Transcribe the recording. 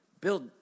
Bill